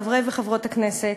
חברי וחברות הכנסת,